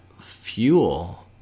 fuel